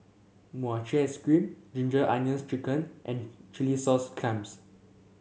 Mochi Ice Cream Ginger Onions chicken and Chilli Sauce Clams